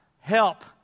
Help